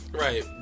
Right